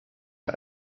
der